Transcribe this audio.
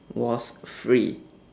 was free